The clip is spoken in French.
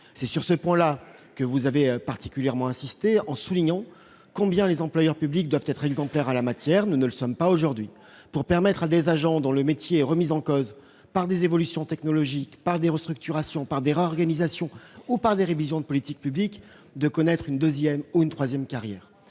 C'est sur ce point que vous avez particulièrement insisté, en soulignant combien les employeurs publics doivent être exemplaires en la matière ; nous ne le sommes pas aujourd'hui. C'est le démembrement ! Nous devons permettre à des agents dont le métier est remis en cause par des évolutions technologiques, par des restructurations, par des réorganisations ou par des révisions de politiques publiques de connaître une deuxième ou une troisième carrière.